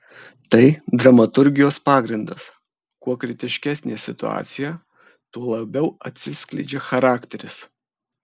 tai dramaturgijos pagrindas kuo kritiškesnė situacija tuo labiau atsiskleidžia charakteris